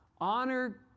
honor